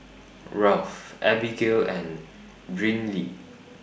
Ralph Abbigail and Brynlee